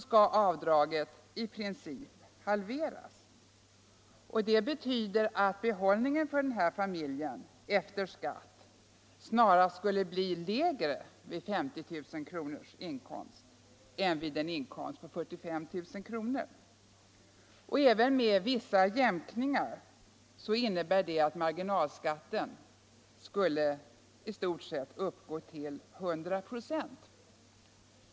skall avdraget i princip halveras. Det betyder I att behållningen för den här familjen efter skatt snarast skulle bli lägre — Existensminimum, vid 50 000 kronors inkomst än vid en inkomst på 45 000 kr. Även med — m.m. vissa jämkningar innebär detta att marginalskatten i stort sett skulle uppgå till 100 26.